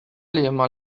liema